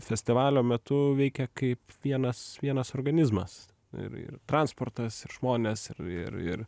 festivalio metu veikia kaip vienas vienas organizmas ir ir transportas ir žmonės ir ir ir